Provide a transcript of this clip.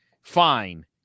fine